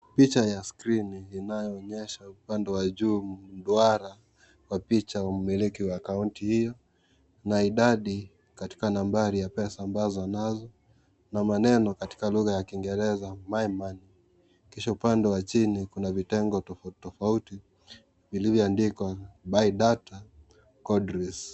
Picha ya skrini inayoonyesha upande wa juu duara wa picha wa mmilikiwa wa akaunti hiyo na idadi katika nambari ya pesa ambazo anazo na maneno katika lugha ya kiingereza my money kisha upande wa chini kuna vitengo tofauti tofauti vilivyoandikwa buy data kodris .